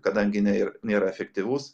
kadangi ne ir nėra efektyvus